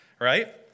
right